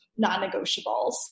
non-negotiables